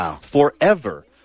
forever